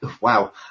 Wow